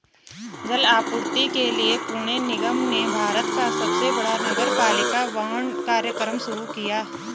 जल आपूर्ति के लिए पुणे निगम ने भारत का सबसे बड़ा नगरपालिका बांड कार्यक्रम शुरू किया